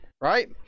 right